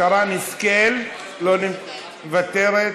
שרן השכל, מוותרת,